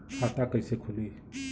खाता कइसे खुली?